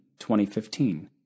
2015